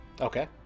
okay